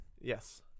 Yes